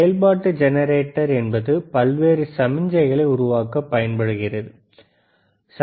செயல்பாட்டு ஜெனரேட்டர் பல்வேறு சமிக்ஞைகளை உருவாக்கப் பயன்படுகிறது சரி